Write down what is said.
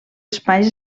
espais